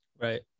right